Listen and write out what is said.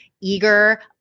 eager